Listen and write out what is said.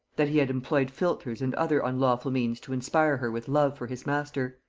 that he had employed philters and other unlawful means to inspire her with love for his master.